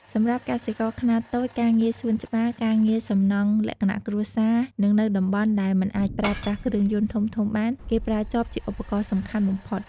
សម្រាប់កសិករខ្នាតតូច ការងារសួនច្បារ ការងារសំណង់លក្ខណៈគ្រួសារ និងនៅតំបន់ដែលមិនអាចប្រើប្រាស់គ្រឿងយន្តធំៗបាន គេប្រើចបជាឧបករណ៍សំខាន់បំផុត។